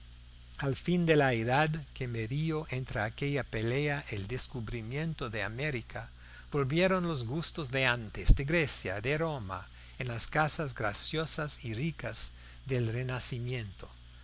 al fin de la edad que medió entre aquella pelea y el descubrimiento de américa volvieron los gustos de antes de grecia y de roma en las casas graciosas y ricas del renacimiento